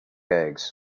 eggs